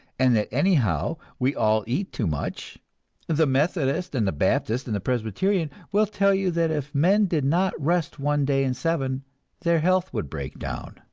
and that anyhow we all eat too much the methodist and the baptist and the presbyterian will tell you that if men did not rest one day in seven their health would break down